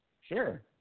Sure